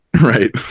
Right